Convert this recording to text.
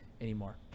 anymore